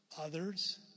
others